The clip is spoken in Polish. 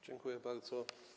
Dziękuję bardzo.